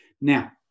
Now